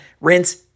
rinse